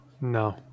No